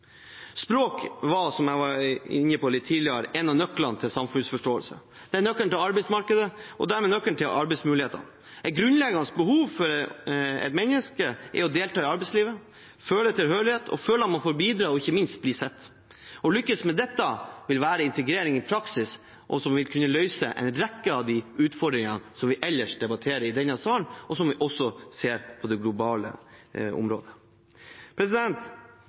Språk er, som jeg var inne på litt tidligere, en av nøklene til samfunnsforståelse. Det er nøkkelen til arbeidsmarkedet, og dermed nøkkelen til arbeidsmulighetene. Et grunnleggende menneskelig behov er å delta i arbeidslivet, føle tilhørighet og føle at man får bidra og ikke minst bli sett. Å lykkes med dette vil være integrering i praksis, som vil kunne løse en rekke av de utfordringene som vi ellers debatterer i denne salen, og som vi også ser på det globale området.